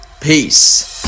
Peace